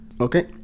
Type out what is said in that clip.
Okay